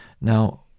Now